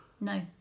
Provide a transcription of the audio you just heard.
No